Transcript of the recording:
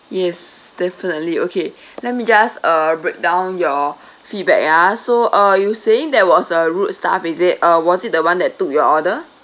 yes definitely okay let me just uh break down your feedback ya so uh you saying there was a rude staff is it uh was it the one that took your order